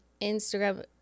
Instagram